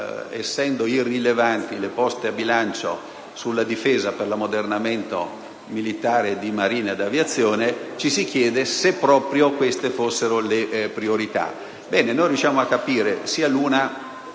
essendo irrilevanti le poste a bilancio della Difesa per l'ammodernamento militare di Marina e Aeronautica, ci si chiede se proprio queste siano le priorità.